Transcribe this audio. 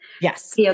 Yes